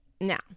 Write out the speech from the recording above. Now